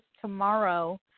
tomorrow